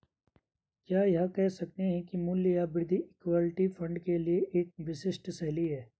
क्या यह कह सकते हैं कि मूल्य या वृद्धि इक्विटी फंड के लिए एक विशिष्ट शैली है?